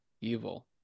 evil